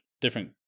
different